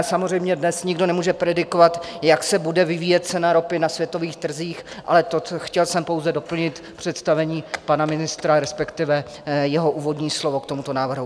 Samozřejmě, dnes nikdo nemůže predikovat, jak se bude vyvíjet cena ropy na světových trzích, ale chtěl jsem pouze doplnit představení pana ministra, respektive jeho úvodní slovo k tomuto návrhu.